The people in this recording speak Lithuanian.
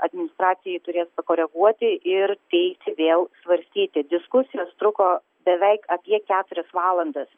administracija jį turės pakoreguoti ir teikti vėl svarstyti diskusijos truko beveik apie keturias valandas